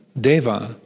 deva